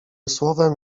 słowem